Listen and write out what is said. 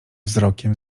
wzrokiem